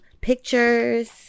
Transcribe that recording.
pictures